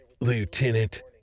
Lieutenant